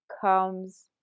comes